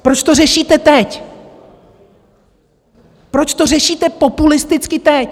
Proč to řešíte teď, proč to řešíte populisticky teď?